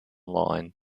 line